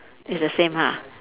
it's the same ha